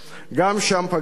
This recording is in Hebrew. גם שם פגעת,